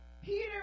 Peter